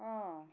অঁ